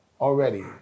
already